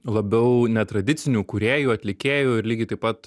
labiau netradicinių kūrėjų atlikėjų ir lygiai taip pat